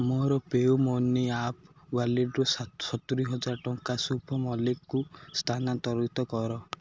ମୋ PayU money app ୱାଲେଟରୁ ସ ସତୁରିହାଜର ଟଙ୍କା ଶୁଭ ମଲ୍ଲିକଙ୍କୁ ସ୍ଥାନାନ୍ତରିତ କର